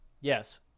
Yes